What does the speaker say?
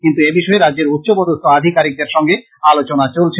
কিন্তু এ বিষয়ে রাজ্যের উচ্চপদস্থ আধিকারীকদের সঙ্গে আলোচনা চলছে